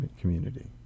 community